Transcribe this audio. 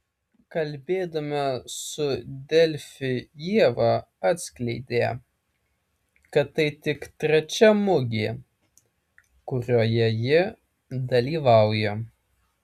kalbėdama su delfi ieva atskleidė kad tai tik trečia mugė kurioje ji dalyvauja